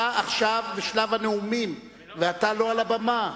אתה עכשיו בשלב הנאומים ואתה לא על הבמה.